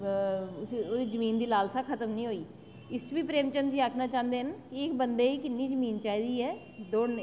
एह् जमीन दी लालसा खत्म निं होई इस बिच प्रेमचंद जी आक्खना चाहंदे न की बंदे ई किन्नी जमीन चाहिदी ऐ दौड़नै ई